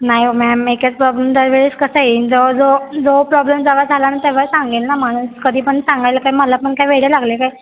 नाही हो मॅम एकच प्रॉब्लेम दर वेळेस कसा येईन जेव्हा जेव्हा जो प्रॉब्लेम जेव्हा झाला ना तेव्हा सांगेल ना माणूस कधीपण सांगायला काय मला पण काय वेड लागलं आहे काय